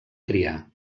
criar